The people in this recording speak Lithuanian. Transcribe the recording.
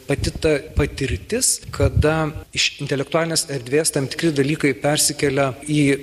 pati ta patirtis kada iš intelektualinės erdvės tam tikri dalykai persikelia į